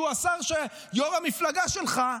שהוא יו"ר המפלגה שלך,